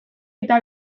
eta